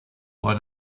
why